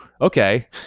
okay